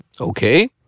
Okay